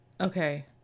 Okay